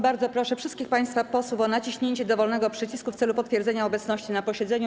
Bardzo proszę wszystkich państwa posłów o naciśnięcie dowolnego przycisku w celu potwierdzenia obecności na posiedzeniu.